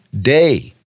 day